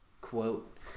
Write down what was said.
quote